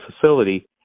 facility